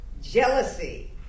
Jealousy